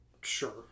sure